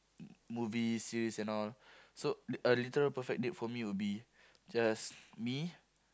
m~ movies series and all so a literal perfect date for me would be just me